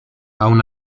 aun